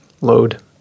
load